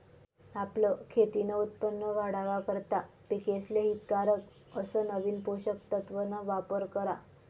आपलं खेतीन उत्पन वाढावा करता पिकेसले हितकारक अस नवीन पोषक तत्वन वापर करा